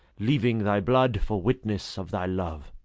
leaving thy blood for witness of thy love.